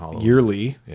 yearly